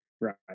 right